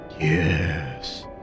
yes